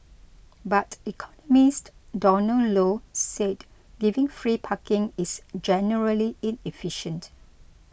but economist Donald Low said giving free parking is generally inefficient